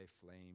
flame